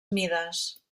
mides